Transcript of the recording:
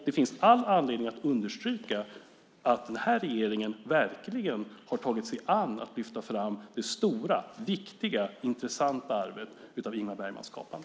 Det finns all anledning att understryka att den här regeringen verkligen har tagit sig an att lyfta fram det stora, viktiga och intressanta arvet av Ingmar Bergmans skapande.